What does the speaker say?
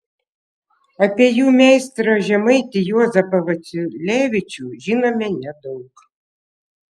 apie jų meistrą žemaitį juozapą vaiciulevičių žinome nedaug